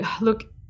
look